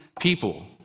people